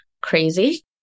crazy